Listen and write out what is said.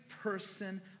person